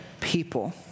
people